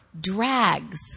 drags